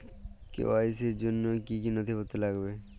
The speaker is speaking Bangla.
কে.ওয়াই.সি র জন্য কি কি নথিপত্র লাগবে?